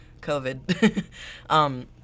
COVID